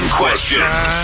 questions